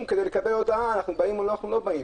כדי לקבל הודעה של "אנחנו באים" או "לא באים".